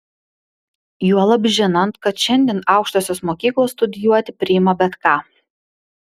juolab žinant kad šiandien aukštosios mokyklos studijuoti priima bet ką